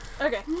Okay